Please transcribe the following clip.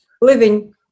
living